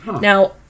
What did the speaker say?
Now